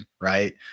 right